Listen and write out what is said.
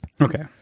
Okay